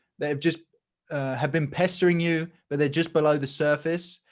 they've just have been pestering you, but they're just below the surface.